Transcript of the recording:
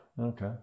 okay